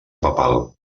papal